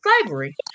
slavery